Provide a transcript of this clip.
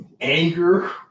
anger